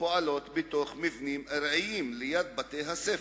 פועלות בתוך מבנים ארעיים ליד בתי-הספר.